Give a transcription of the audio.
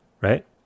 right